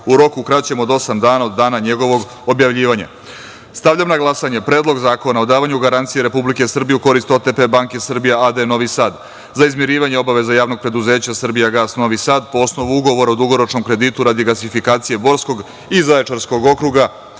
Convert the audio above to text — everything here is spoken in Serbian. u roku kraćem od osam dana od dana njegovog objavljivanja. Stavljam na glasanje Predlog zakona davanju garancije Republike Srbije u korist OTP banke Srbija a.d. Novi Sad za izmirivanje obaveza Javnog preduzeća „Srbijagas“ Novi Sad po osnovu ugovora o dugoročnom kreditu radi gasifikacije Borskog i Zaječarskog okruga